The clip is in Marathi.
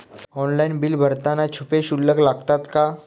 ऑनलाइन बिल भरताना छुपे शुल्क लागतात का?